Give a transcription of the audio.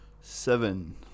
Seven